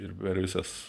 ir per visas